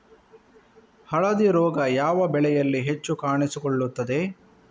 ಹಳದಿ ರೋಗ ಯಾವ ಬೆಳೆಯಲ್ಲಿ ಹೆಚ್ಚು ಕಾಣಿಸಿಕೊಳ್ಳುತ್ತದೆ?